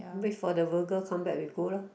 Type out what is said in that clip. wait for the virgo come back we go lor